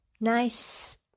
Nice